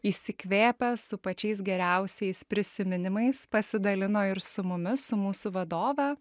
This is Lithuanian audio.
įsikvėpę su pačiais geriausiais prisiminimais pasidalino ir su mumis su mūsų vadove